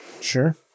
Sure